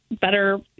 better